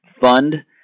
Fund